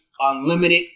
Unlimited